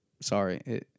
sorry